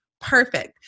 perfect